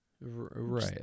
Right